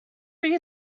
bring